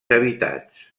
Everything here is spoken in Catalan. habitats